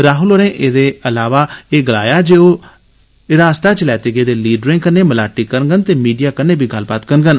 राहुल होरें एह्दे अलावा एह् गलाया जे ओ हिरासत इच लैते गेदे लीडरें कन्नै मलाटी करंडन ते मीडिया कन्नै बी गल्लबात करंडन